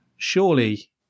surely